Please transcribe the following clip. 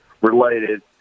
related